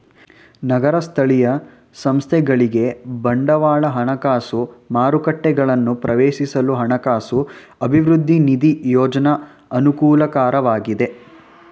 ನಗರ ಸ್ಥಳೀಯ ಸಂಸ್ಥೆಗಳಿಗೆ ಬಂಡವಾಳ ಹಣಕಾಸು ಮಾರುಕಟ್ಟೆಗಳನ್ನು ಪ್ರವೇಶಿಸಲು ಹಣಕಾಸು ಅಭಿವೃದ್ಧಿ ನಿಧಿ ಯೋಜ್ನ ಅನುಕೂಲಕರವಾಗಿದೆ